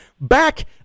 back